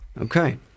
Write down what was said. Okay